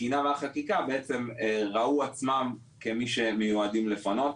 התקינה והחקיקה בעצם ראו עצמם כמי שמיועדים לפנות,